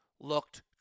looked